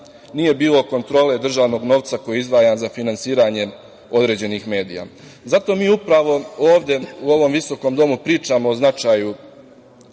nije bilo kontrole državnog novca koji je izdvajan za finansiranje određenih medija. Zato mi upravo ovde u ovom visokom domu pričamo o značaju